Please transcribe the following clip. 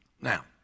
Now